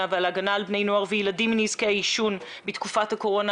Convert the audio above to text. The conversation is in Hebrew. ועל הגנה על בני נוער וילדים מנזקי עישון בתקופת הקורונה.